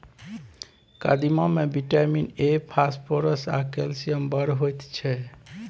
कदीमा मे vitamin A, phosphorus आ कैल्शियम बड़ होइ छै